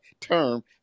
term